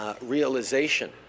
realization